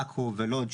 עכו ולוד,